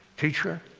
teacher,